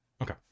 okay